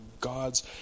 god's